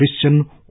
Christian